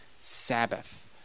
Sabbath